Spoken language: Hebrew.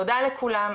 תודה לכולם,